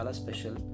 special